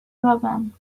problem